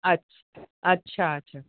अच्छा अच्छा अच्छा